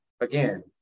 again